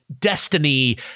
destiny